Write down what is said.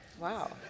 Wow